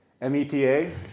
M-E-T-A